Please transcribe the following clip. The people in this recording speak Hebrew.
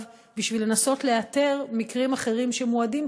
בשביל לנסות לאתר מקרים אחרים שמועדים,